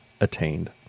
attained